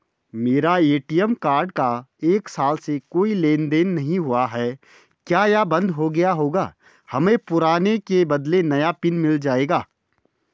मेरा ATM card का एक साल से कोई लेन देन नहीं हुआ है क्या यह बन्द हो गया होगा हमें पुराने के बदलें नया मिल जाएगा?